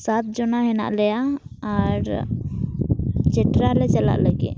ᱥᱟᱛ ᱡᱚᱱᱟ ᱦᱮᱱᱟᱜ ᱞᱮᱭᱟ ᱟᱨ ᱪᱮᱴᱨᱟ ᱞᱮ ᱪᱟᱞᱟᱜ ᱞᱟᱹᱜᱤᱫ